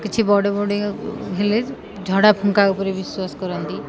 କିଛି ବଡ଼ ବଡ଼ିଆ ହେଲେ ଝଡ଼ା ଫୁଙ୍କା ଉପରେ ବିଶ୍ୱାସ କରନ୍ତି